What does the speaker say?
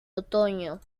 otoño